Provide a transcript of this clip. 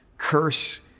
curse